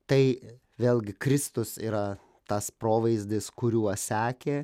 tai vėlgi kristus yra tas provaizdis kuriuo sekė